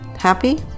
Happy